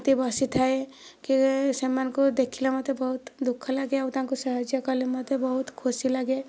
ଏମିତି ବସିଥାଏ ସେମାନଙ୍କୁ ଦେଖିଲେ ମୋତେ ବହୁତ ଦୁଃଖ ଲାଗେ ଆଉ ତାଙ୍କୁ ସାହାଯ୍ୟ କଲେ ମୋତେ ବହୁତ ଖୁସି ଲାଗେ